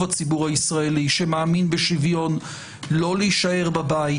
הציבור הישראלי שמאמין בשוויון לא להישאר בבית,